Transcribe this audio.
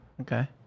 Okay